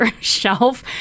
shelf